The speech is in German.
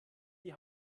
die